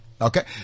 Okay